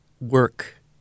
work